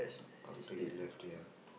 after he left here